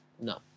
No